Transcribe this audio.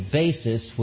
basis